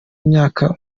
imyaka